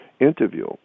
interview